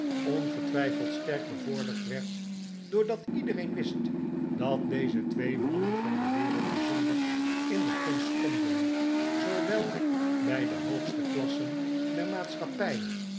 ongetwijfeld sterk bevorderd werd doordat iedereen wist dat deze twee mannen van de wereld bijzonder in de gunst stonden zoowel bij de hoogste klassen der maatschappij